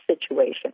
situation